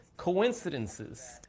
Coincidences